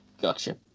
Gotcha